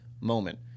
moment